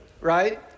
right